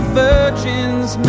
virgins